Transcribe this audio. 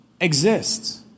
exists